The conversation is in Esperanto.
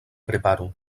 preparu